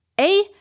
A-